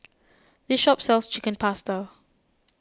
this shop sells Chicken Pasta